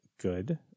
good